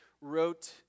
wrote